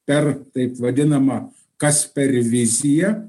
per taip vadinamą kasperviziją